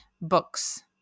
books